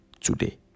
today